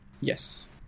Yes